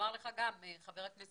חשוב